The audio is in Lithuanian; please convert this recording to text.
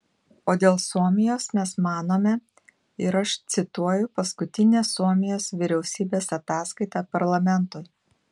o dėl suomijos mes manome ir aš cituoju paskutinę suomijos vyriausybės ataskaitą parlamentui